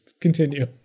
Continue